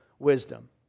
wisdom